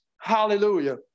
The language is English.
Hallelujah